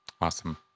Awesome